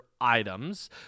items